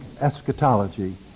eschatology